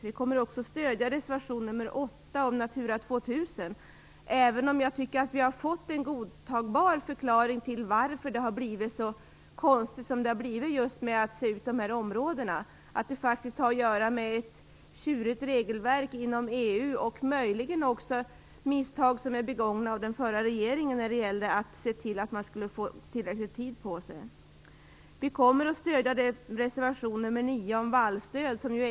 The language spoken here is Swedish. Vi kommer också att stödja reservation nr 8 om Natura 2000, även om jag tycker att vi har fått en godtagbar förklaring till att det har blivit så konstigt som det har blivit när det gäller att utse områdena. Det har faktiskt att göra med ett tjurigt regelverk inom EU och möjligen också misstag som begicks av den förra regeringen när det gällde att se till att få tillräcklig tid på sig. Vi kommer att stödja reservation nr 9 om vallstöd.